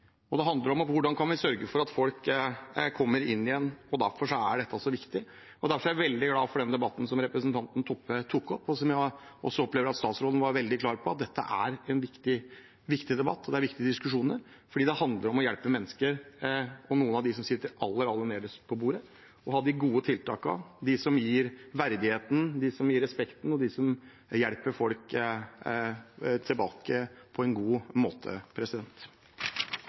og det handler om hvordan vi kan sørge for at folk kommer inn igjen. Derfor er dette så viktig, og derfor er jeg veldig glad for den debatten representanten Toppe tar opp. Jeg opplever også at statsråden er veldig klar på at dette er en viktig debatt, og at det er viktige diskusjoner. For det handler om å hjelpe mennesker, noen av dem som sitter aller nederst ved bordet, og om å ha de gode tiltakene, de som gir verdighet, de som gir respekt, og de som hjelper folk tilbake på en god måte.